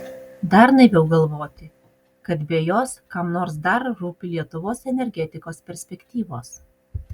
dar naiviau galvoti kad be jos kam nors dar rūpi lietuvos energetikos perspektyvos